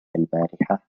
البارحة